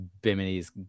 Bimini's